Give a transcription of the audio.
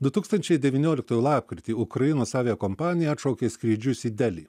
du tūkstančiai devynioliktųjų lapkritį ukrainos aviakompanija atšaukė skrydžius į delį